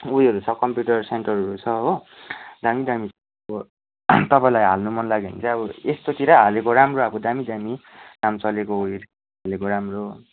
उयोहरू छ कम्प्युटर सेन्टरहरू छ हो दामी दामी अबो तपाईँलाई हाल्नु मन लाग्यो भने चाहिँ यस्तोतिरै हालेको राम्रो अब दामी दामी नाम चलेको हालेको राम्रो